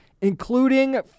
including